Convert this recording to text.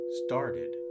started